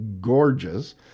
gorgeous